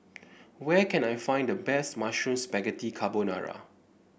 where can I find the best Mushroom Spaghetti Carbonara